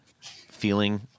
feeling